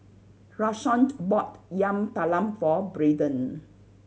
Rashawn bought Yam Talam for Braden